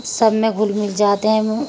سب میں گھل مل جاتے ہیں